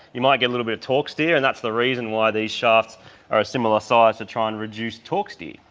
you might get a little of torque steer and that's the reason why these shafts are a similar size. to try and reduce torque steer.